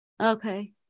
Okay